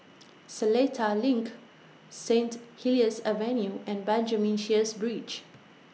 Seletar LINK Saint Helier's Avenue and Benjamin Sheares Bridge